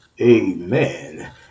amen